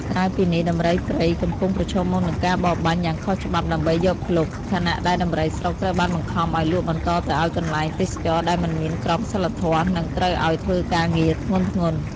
ក្រៅពីនេះ ដំរីព្រៃកំពុងប្រឈមមុខនឹងការបរបាញ់យ៉ាងខុសច្បាប់ដើម្បីយកភ្លុក ខណៈដែលដំរីស្រុកត្រូវបានបង្ខំឱ្យលក់បន្តទៅឱ្យកន្លែងទេសចរណ៍ដែលមិនមានក្រមសីលធម៌ និងត្រូវឲ្យធ្វើការងារធ្ងន់ៗ។